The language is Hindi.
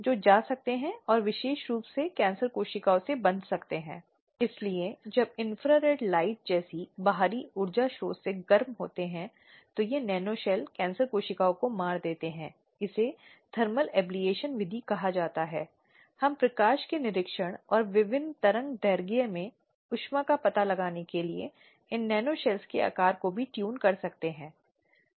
यह भी महत्वपूर्ण है कि समिति के कुल सदस्यों में से कम से कम आधे महिलाओं का होना आवश्यक है इसलिए यह अनिवार्य रूप से एक समिति है जिसकी अध्यक्षता एक महिला करती है और कुल सदस्यों में से कम से कम आधी महिलाएं होती हैं और उन सदस्यों में से दो सदस्यों को कानूनी ज्ञान के साथ महिलाओं के कारण के लिए समर्पित होना चाहिए और एक स्वतंत्र सदस्य को उस मामले के लिए समिति की स्वतंत्रता सुनिश्चित करनी चाहिए